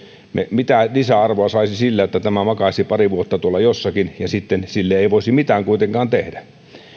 mitä lisäarvoa saisi sillä että tämä makaisi pari vuotta tuolla jossakin ja sitten sille ei voisi mitään kuitenkaan tehdä